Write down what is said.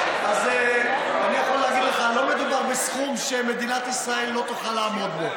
אז אני יכול להגיד לך שלא מדובר בסכום שמדינת ישראל לא תוכל לעמוד בו.